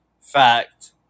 fact